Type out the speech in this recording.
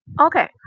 okay